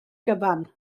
gyfan